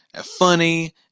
funny